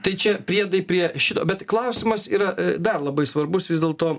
tai čia priedai prie šito bet klausimas yra dar labai svarbus vis dėlto